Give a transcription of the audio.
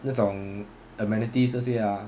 那种 amenities 这些啊